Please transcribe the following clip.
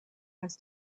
has